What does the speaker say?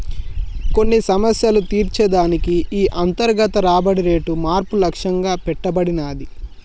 కొన్ని సమస్యలు తీర్చే దానికి ఈ అంతర్గత రాబడి రేటు మార్పు లక్ష్యంగా పెట్టబడినాది